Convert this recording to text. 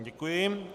Děkuji.